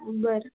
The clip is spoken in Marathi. बरं